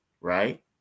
right